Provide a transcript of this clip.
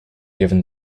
given